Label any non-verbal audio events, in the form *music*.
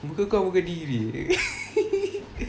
muka kau muka degree *laughs*